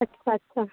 ᱟᱪᱪᱷᱟ ᱟᱪᱪᱷᱟ